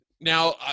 Now